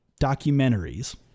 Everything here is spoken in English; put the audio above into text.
documentaries